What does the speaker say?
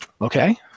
Okay